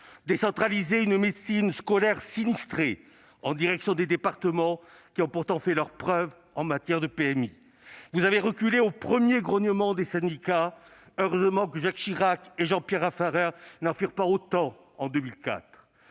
décentraliser une médecine scolaire sinistrée au profit des départements, qui ont pourtant fait leurs preuves en matière de PMI. Vous avez reculé au premier grognement des syndicats. Heureusement que Jacques Chirac et Jean-Pierre Raffarin n'en firent pas autant en 2004.